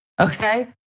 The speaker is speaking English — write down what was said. okay